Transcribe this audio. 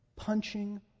punching